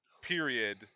period